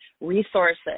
resources